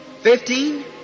Fifteen